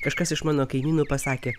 kažkas iš mano kaimynų pasakė